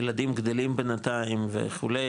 ילדים גדלים בינתיים וכו',